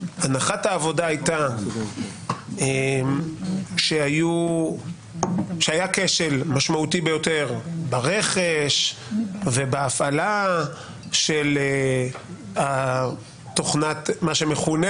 הנחת העבודה הייתה שהיה כשל משמעותי ביותר ברכש ובהפעלה של מה שמכונה